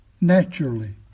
naturally